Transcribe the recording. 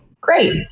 Great